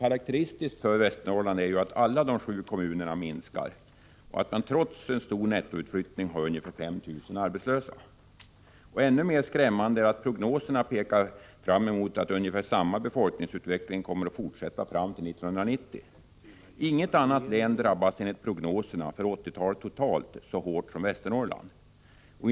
Karakteristiskt för Västernorrlands län är att samtliga sju kommuner minskar i befolkningstal och att man trots den stora nettoutflyttningen har ungefär 5 000 arbetslösa. Ännu mer skrämmande är att prognoserna pekar fram emot att ungefär samma befolkningsutveckling kommer att fortsätta fram till 1990. Inget annat län drabbas enligt prognoserna för 1980-talet totalt så hårt som Västernorrlands.